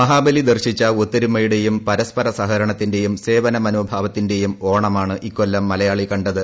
മഹാബലി ദർശിച്ച ഒത്തൊരുമയുടെയും പരസ്പര സഹകരണത്തിന്റെയും സേവനമനോഭാവത്തിന്റെയും ഓണമാണ് ഇക്കൊല്ലം മലയാളി കണ്ടത്